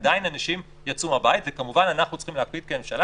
עדיין אנשים יצאו מהבית וכמובן אנחנו צריכים להקפיד כממשלה